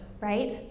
right